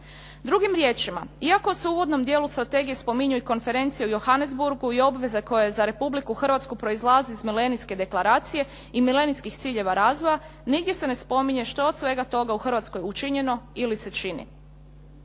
Drugim riječima, iako se u uvodnom dijelu strategije spominju i Konferencije u Johannesburgu i obveze koje za Republiku Hrvatsku proizlazi iz Milenijske deklaracijske i milenijskih ciljeva razvoja nigdje se ne spominje što od svega toga u Hrvatskoj učinjeno ili se čini.